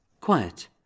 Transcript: Quiet